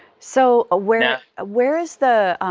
so where ah where is the,